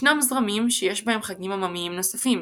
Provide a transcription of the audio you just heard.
ישנם זרמים שיש בהם חגים עממיים נוספים,